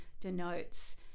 denotes